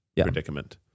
predicament